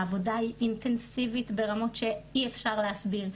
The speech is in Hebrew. העבודה היא אינטנסיבית ברמות שאי אפשר להסביר.